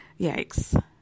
Yikes